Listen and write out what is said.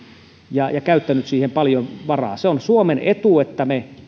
ja ja käyttänyt siihen paljon varoja se on suomen etu että me